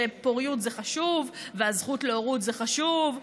שפוריות זה חשוב והזכות להורות זה חשוב,